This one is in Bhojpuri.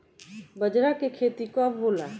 बजरा के खेती कब होला?